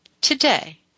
today